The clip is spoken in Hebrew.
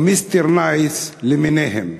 או "מיסטר נייס" למיניהם.